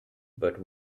but